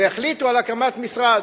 והחליטו על הקמת משרד.